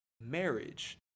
marriage